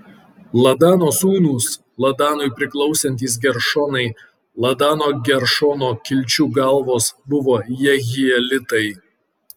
ladano sūnūs ladanui priklausantys geršonai ladano geršono kilčių galvos buvo jehielitai